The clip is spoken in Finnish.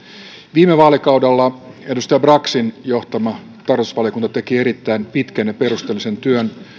viime vaalikaudella edustaja braxin johtama tarkastusvaliokunta teki erittäin pitkän ja perusteellisen työn